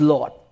Lord